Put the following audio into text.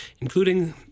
including